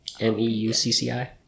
M-E-U-C-C-I